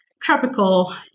tropical